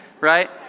right